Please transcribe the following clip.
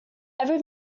every